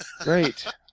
Great